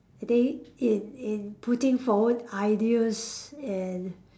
I think in in putting forward ideas and